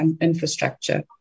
infrastructure